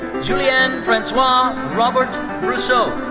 julien francois robert bressoux.